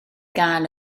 gael